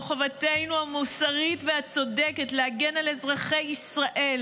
זו חובתנו המוסרית והצודקת להגן על אזרחי ישראל